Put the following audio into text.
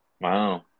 wow